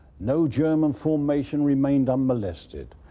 no german formation remained unmolested.